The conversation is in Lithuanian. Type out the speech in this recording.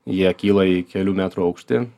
jie kyla į kelių metrų aukštį